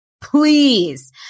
Please